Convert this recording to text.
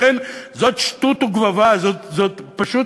לכן, זו שטות וגבבה, זאת פשוט